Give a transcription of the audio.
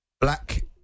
black